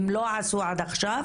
אם לא עשו עד עכשיו,